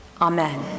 Amen